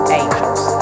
angels